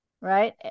right